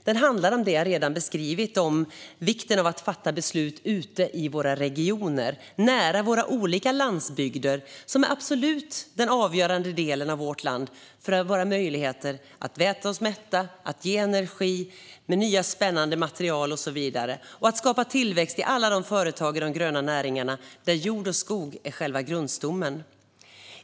Den handlar om det som jag redan beskrivit när det gäller vikten av att fatta beslut ute i våra regioner, nära våra olika landsbygder som är den absolut avgörande delen av vårt land för våra möjligheter att äta oss mätta, ge energi med nya spännande material och så vidare och skapa tillväxt i alla de företag i de gröna näringarna där jord och skog är själva grundstommen.